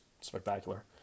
spectacular